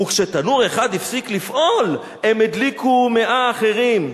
וכשתנור אחד הפסיק לפעול, הם הדליקו 100 אחרים.